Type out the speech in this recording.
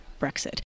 Brexit